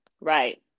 right